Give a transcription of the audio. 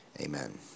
amen